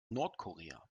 nordkorea